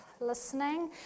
listening